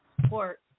support